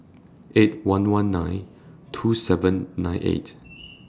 eight one one nine two seven nine eight